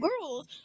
girls